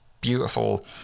beautiful